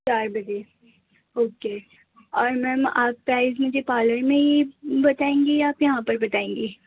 چار بجے اوکے اور میم آپ پرائز مجھے پارلر میں ہی بتائیں گی یا اپنے یہاں پر بتائیں گی